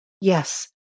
Yes